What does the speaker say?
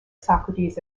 socrates